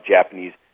Japanese